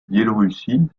biélorussie